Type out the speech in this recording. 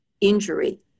injury